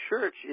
church